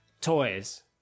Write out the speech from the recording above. Toys